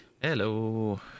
Hello